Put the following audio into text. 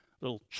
little